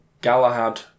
Galahad